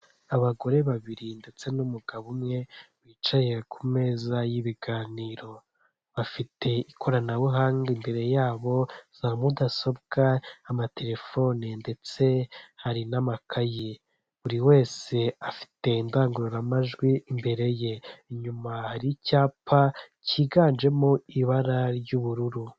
Abagore babiri ndetse n'umugabo umwe wicaye ku meza y'ibiganiro; bafite ikoranabuhanga imbere yabo za mudasobwa, amatelefone ndetse hari n'amakayi; buri wese afite indangururamajwi imbere ye; inyuma hari icyapa cyiganjemo ibara ry'ubururu.